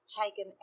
taken